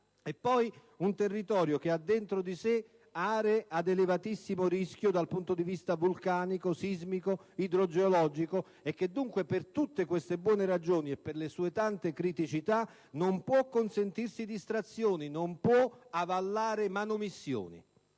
nonché un territorio in cui sono presenti aree ad elevatissimo rischio vulcanico, sismico e idrogeologico e che dunque, per tutte queste buone ragioni e per le sue tante criticità, non può consentirsi distrazioni, non può avallare manomissioni.